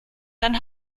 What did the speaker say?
dann